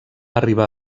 arribar